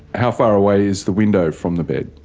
how far away is the window from the bed?